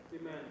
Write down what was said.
Amen